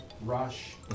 Rush